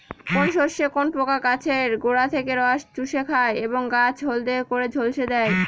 কোন শস্যে কোন পোকা গাছের গোড়া থেকে রস চুষে খায় এবং গাছ হলদে করে ঝলসে দেয়?